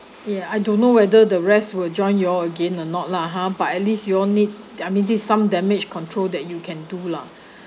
ya I don't know whether the rest will join you all again or not lah ha but at least you all need I mean did some damage control that you can do lah